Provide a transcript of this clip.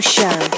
Show